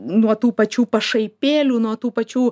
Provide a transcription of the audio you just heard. nuo tų pačių pašaipėlių nuo tų pačių